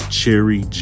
Cherry